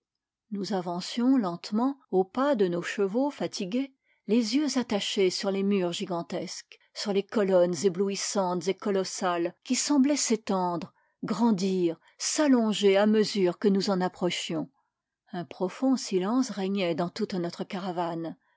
nous avancions lentement aux pas de nos chevaux fatigués les yeux attachés sur les murs gigantesques sur les colonnes éblouissantes et colossales qui semblaient s'étendre grandir s'allonger à mesure que nous en approchions un profond silence régnait dans toute notre caravane